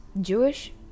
jewish